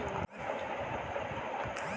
बीमे के कितने प्रकार हैं?